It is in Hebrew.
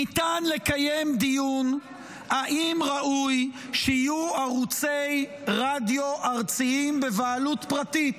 ניתן לקיים דיון אם ראוי שיהיו ערוצי רדיו ארציים בבעלות פרטית.